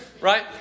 right